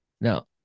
Now